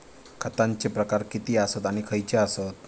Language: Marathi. खतांचे प्रकार किती आसत आणि खैचे आसत?